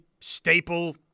staple